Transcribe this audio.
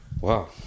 Wow